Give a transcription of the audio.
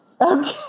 okay